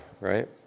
right